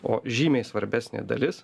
o žymiai svarbesnė dalis